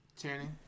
Channing